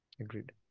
Agreed